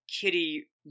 Kitty